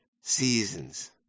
seasons